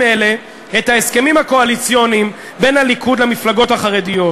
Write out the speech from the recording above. אלה את ההסכמים הקואליציוניים בין הליכוד למפלגות החרדיות,